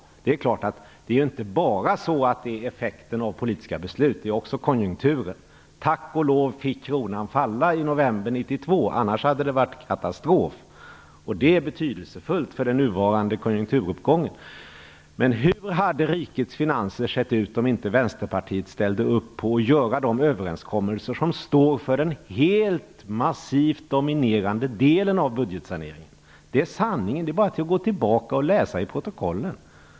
Det är klart att detta inte bara är effekter av politiska beslut, det handlar också om konjunkturen. Tack och lov fick kronan falla i november 1992, annars hade det blivit katastrof. Det är betydelsefullt för den nuvarande konjunkturuppgången. Men hur hade rikets finanser sett ut om inte Vänsterpartiet hade ställt upp på att göra de överenskommelser som står för den helt massivt dominerande delen av budgetsaneringen? Det är sanningen. Det är bara att gå tillbaka och läsa i protokollen.